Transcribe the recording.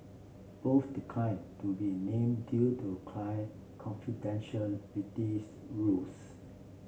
both declined to be named due to client confidentiality rules